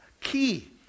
key